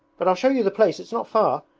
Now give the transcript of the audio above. but i'll show you the place, it's not far.